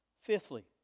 Fifthly